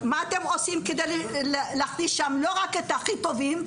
מה אתם עושים כדי להכניס שם לא רק את הכי טובים,